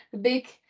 big